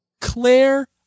Claire